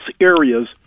areas